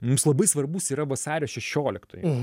mums labai svarbus yra vasario šešioliktoji